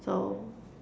so